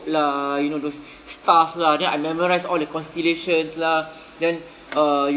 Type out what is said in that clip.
lah you know those stars lah then I memorise all the constellations lah then uh